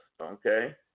okay